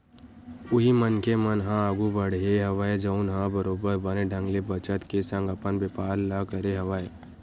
उही मनखे मन ह आघु बड़हे हवय जउन ह बरोबर बने ढंग ले बचत के संग अपन बेपार ल करे हवय